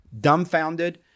dumbfounded